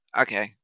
Okay